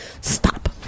Stop